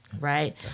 Right